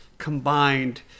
combined